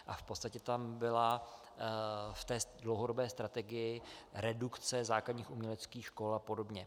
A v podstatě tam byla v té dlouhodobé strategii redukce základních uměleckých škol apod.